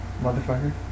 Motherfucker